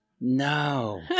No